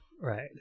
right